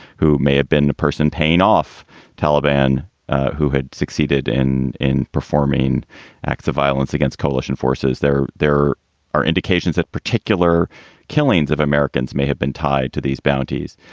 who may have been the person paying off taliban who had succeeded in in performing acts of violence against coalition forces there. there are indications that particular killings of americans may have been tied to these bounties.